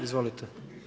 Izvolite.